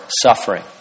suffering